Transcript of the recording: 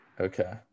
Okay